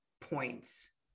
points